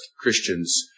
Christians